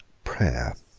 prayer.